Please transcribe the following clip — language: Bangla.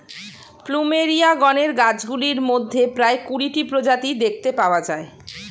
প্লুমেরিয়া গণের গাছগুলির মধ্যে প্রায় কুড়িটি প্রজাতি দেখতে পাওয়া যায়